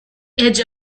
edge